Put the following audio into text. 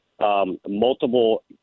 multiple